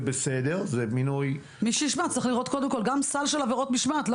בסדר זה מינוי --- מי שישמע גם סל של עבירות משמעת,